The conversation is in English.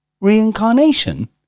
Reincarnation